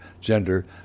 gender